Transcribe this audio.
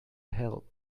help